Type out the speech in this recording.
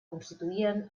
constituïen